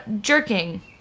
jerking